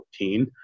2014